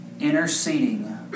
interceding